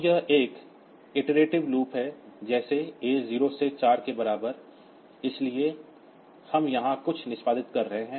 तो यह एक पुनरावृत्त लूप है जैसे A 0 से 4 के बराबर इसलिए हम यहां कुछ निष्पादित कर रहे हैं